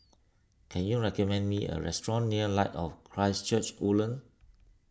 can you recommend me a restaurant near Light of Christ Church Woodlands